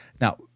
Now